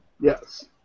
Yes